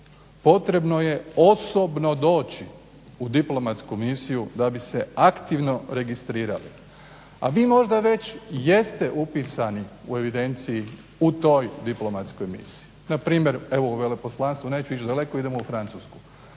potrebno je osobno doći u diplomatsku misiju da bi se aktivno registrirali, a vi možda već jeste upisani u evidenciji u toj diplomatskoj misiji. Npr. evo u veleposlanstvu, neću ići daleko, idemo u Francusku.